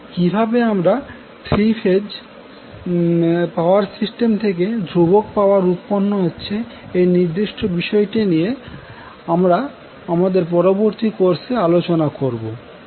কিভাবে আমরা 3 phase power system থেকে ধ্রুবক পাওয়ার উৎপন্ন হচ্ছে এই নির্দৃষ্ট বিষয়টি নিয়ে আমরা আমাদের পরবর্তী কোর্সে আলোচনা করব